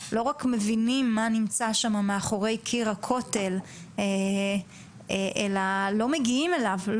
לא רק מבינים מה נמצא שם מאחורי קיר הכותל אלא לא מגיעים אליו,